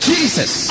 Jesus